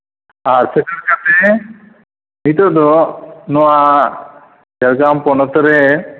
ᱟᱨ ᱥᱮᱴᱮᱨ ᱠᱟᱛᱮᱫ ᱱᱤᱛᱳᱜ ᱫᱚ ᱱᱚᱣᱟ ᱡᱷᱟᱲᱜᱨᱟᱢ ᱯᱚᱱᱚᱛ ᱨᱮ